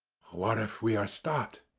what if we are stopped,